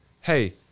hey